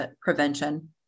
prevention